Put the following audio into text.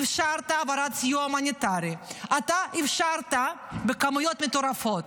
אפשרת העברת סיוע הומניטרי בכמויות מטורפות.